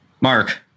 Mark